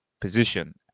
position